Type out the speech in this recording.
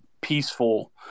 peaceful